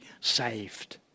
saved